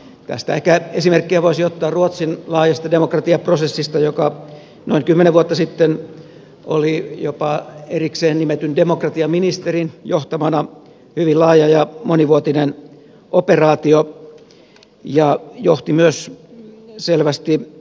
tästä ehkä esimerkkiä voisi ottaa ruotsin laajasta demokratiaprosessista joka noin kymmenen vuotta sitten oli jopa erikseen nimetyn demokratiaministerin johtamana hyvin laaja ja monivuotinen operaatio ja johti myös selvästi tuloksiin